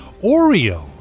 Oreo